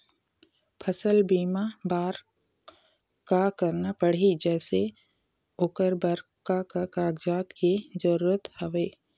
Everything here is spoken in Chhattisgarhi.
फसल बीमा बार का करना पड़ही जैसे ओकर बर का का कागजात के जरूरत हवे?